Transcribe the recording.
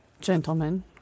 Gentlemen